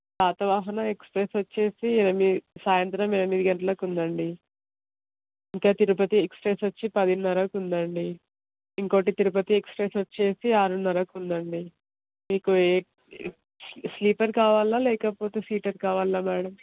Satavahana express వచ్చి ఎనిమి సాయంత్రం ఎనిమిది గంటలకి ఉందండి ఇంకా తిరుపతి ఎక్స్ప్రెస్ వచ్చి పదిన్నరకుందండి ఇంకోకటి తిరుపతి ఎక్స్ప్రెస్ వచ్చి ఆరున్నరకుందండి మీకు ఏ స్లీపర్ కావాలా లేకపోతే సీటర్ కావాలా మేడం